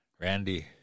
randy